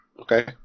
Okay